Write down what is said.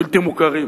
"בלתי מוכרים".